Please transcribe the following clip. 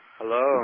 Hello